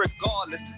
regardless